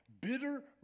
bitter